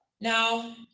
now